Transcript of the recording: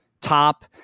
top